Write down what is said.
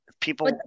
people